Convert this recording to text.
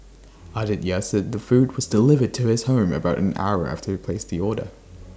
Aditya said the food was delivered to his home about an hour after he placed the order